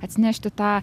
atsinešti tą